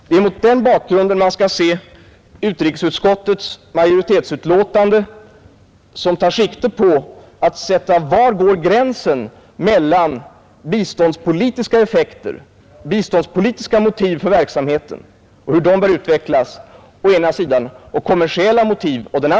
Det är mot den bakgrunden man skall se utrikesutskottets majoritetsförslag, som tar sikte på frågan var gränsen går mellan å ena sidan biståndspolitiska effekter och hur biståndspolitiska motiv för verksamheten bör utvecklas och å andra sidan kommersiella motiv.